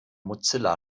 mozilla